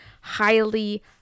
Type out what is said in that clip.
highly